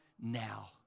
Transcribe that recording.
now